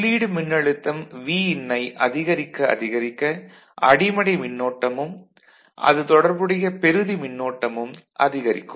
உள்ளீடு மின்னழுத்தம் Vin ஐ அதிகரிக்க அதிகரிக்க அடிமனை மின்னோட்டமும் அது தொடர்புடைய பெறுதி மின்னோட்டமும் அதிகரிக்கும்